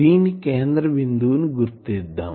దీని కేంద్ర బిందువు ని గుర్తిద్దాం